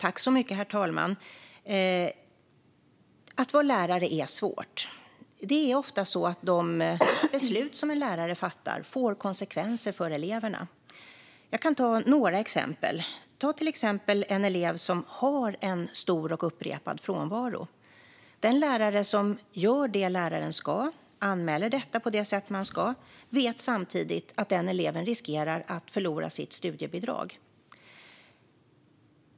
Herr talman! Att vara lärare är svårt. Det är ofta så att de beslut som lärare fattar får konsekvenser för eleverna. Jag kan ge några exempel. Man kan till exempel ta en elev som har stor och upprepad frånvaro. Den lärare som gör det som lärare ska göra och anmäler detta så som man ska vet samtidigt att eleven riskerar att förlora sitt studiebidrag.